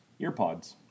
earpods